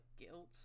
guilt